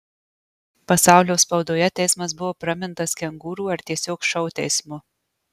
pasaulio spaudoje teismas buvo pramintas kengūrų ar tiesiog šou teismu